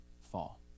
fall